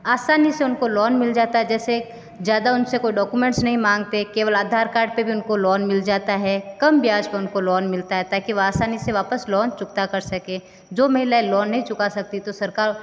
आसानी से उनको लोन मिल जाता है जैसे ज़्यादा उन से कोई डॉक्यूमेंट्स नहीं मांगते केवल आधार कार्ड पर भी उनको लोन मिल जाता है कम ब्याज पर उनको लोन मिलता है ताकि वो आसानी से वापस लोन चुकता कर सके जो महिला लोन नहीं चुका सकती तो सरकार